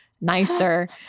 nicer